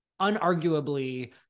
unarguably